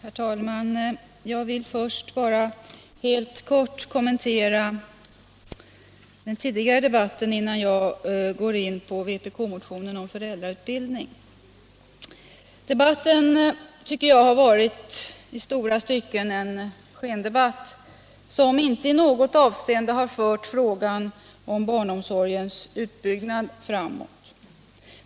Herr talman! Jag vill först bara helt kort kommentera den tidigare debatten innan jag går in på vpk-motionen om föräldrautbildning. Jag tycker att dagens debatt i stora stycken har varit en skendebatt som inte i något avseende har fört frågan om barnomsorgens utbyggnad framåt.